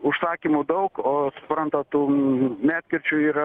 užsakymų daug o suprantat tų medkirčių yra